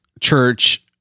church